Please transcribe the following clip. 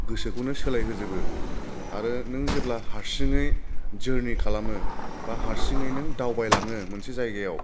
गोसोखौनो सोलायहोजोबो आरो नों जेब्ला हारसिङै जरनि खालामो बा हारसिङै नों दावबायलाङो मोनसे जायगायाव